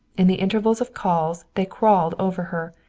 in the intervals of calls they crawled over her,